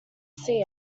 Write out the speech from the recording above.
see